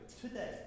today